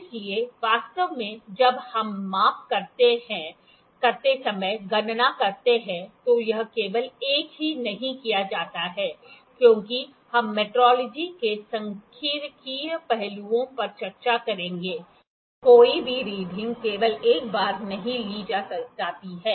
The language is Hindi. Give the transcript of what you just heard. इसलिए वास्तव में जब हम माप करते समय गणना करते हैं तो यह केवल एक ही नहीं किया जाता है क्योंकि हम मेट्रोलॉजी के सांख्यिकीय पहलुओं पर चर्चा करेंगे कोई भी रीडिंग केवल एक बार नहीं ली जाती है